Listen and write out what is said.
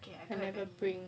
I never bring